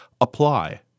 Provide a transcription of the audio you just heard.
apply